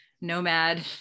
nomad